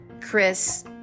Chris